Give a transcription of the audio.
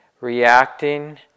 reacting